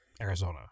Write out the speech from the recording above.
Arizona